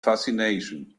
fascination